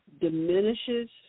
diminishes